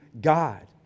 God